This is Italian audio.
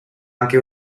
anche